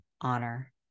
honor